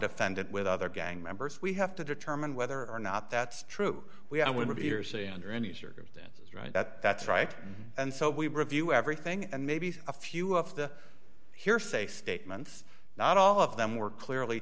defendant with other gang members we have to determine whether or not that's true we i would be or say under any circumstances right that that's right and so we review everything and maybe a few of the hearsay statements not all of them were clearly